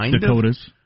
Dakotas